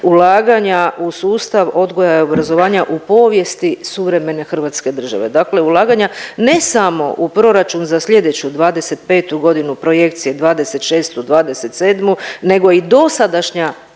ulaganja u sustav odgoja i obrazovanja u povijesti suvremene Hrvatske države. Dakle ulaganja ne samo u proračun za slijedeću '25. godinu, projekcije '26., '27., nego i dosadašnja